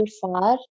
far